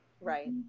Right